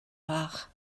fach